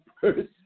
person